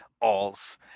alls